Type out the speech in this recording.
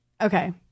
okay